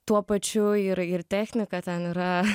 tuo pačiu yra ir technika ten yra